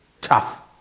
tough